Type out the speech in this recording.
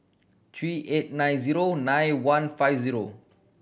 three eight nine zero nine one five zero